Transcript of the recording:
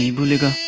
mallika